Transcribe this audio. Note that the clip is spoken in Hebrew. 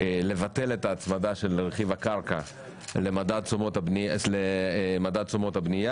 לבטל את ההצמדה של רכיב הקרקע למדד תשומות הבנייה